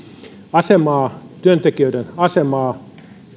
asemaa työntekijöiden asemaa